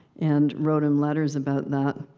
and wrote him letters about that,